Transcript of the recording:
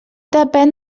depèn